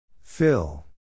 Phil